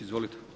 Izvolite.